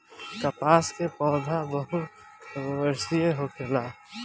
कपास के पौधा बहुवर्षीय होखेला